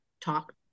talk